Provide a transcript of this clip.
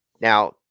now